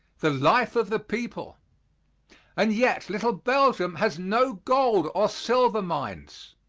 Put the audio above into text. the life of the people and yet, little belgium has no gold or silver mines,